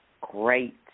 great